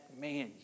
man